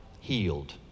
healed